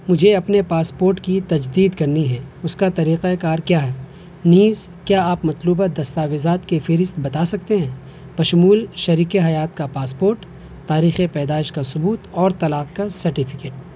مجھے اپنے پاسپورٹ کی تجدید کرنی ہے اس کا طریقہ کار کیا ہے نیز کیا آپ مطلوبہ دستاویزات کی فہرست بتا سکتے ہیں بشمول شریک حیات کا پاسپورٹ تاریخ پیدائش کا ثبوت اور طلاق کا سرٹیفکیٹ